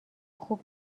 خوب